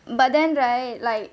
but then right like